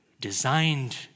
designed